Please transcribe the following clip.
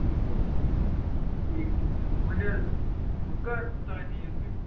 ٹھیٖک حظ چھِ ٹھیٖک ٹھیٖک وٕنۍ حظ وۄنۍ کَر تام یِیِو تُہۍ